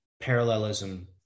parallelism